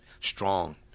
strong